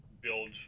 build